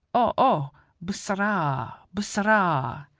o o bus-s-s-orah, b-s-s-s-orah.